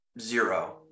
zero